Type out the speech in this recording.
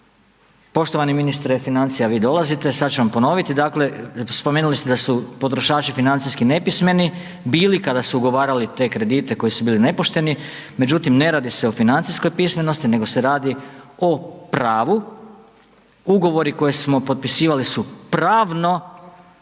poštovani ministre financija vi dolazite, sad ću vam ponoviti. Dakle, spomenuli ste da su potrošači financijski nepismeni bili kada su ugovarali te kredite koji su bili nepošteni, međutim ne radi se o financijskoj pismenosti nego se radi o pravu. Ugovori koje smo potpisivali su pravno